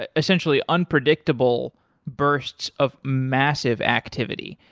ah essentially, unpredictable bursts of massive activity.